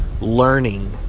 learning